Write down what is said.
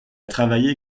travaillé